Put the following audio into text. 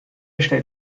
stellt